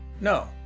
No